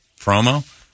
promo